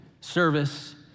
service